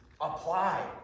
apply